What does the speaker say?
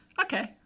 Okay